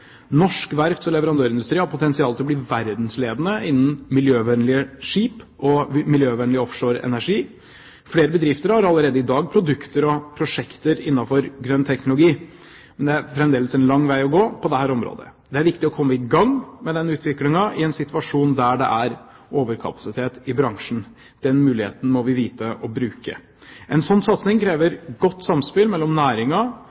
Norsk verfts- og leverandørindustri har potensial til å bli verdensledende innen miljøvennlige skip og miljøvennlig offshore energi. Flere bedrifter har allerede i dag produkter og prosjekter innen grønn teknologi, men det er fremdeles en lang vei å gå på dette området. Det er viktig å komme i gang med denne utviklingen i en situasjon der det er overkapasitet i bransjen. Den muligheten må vi vite å bruke. En slik satsing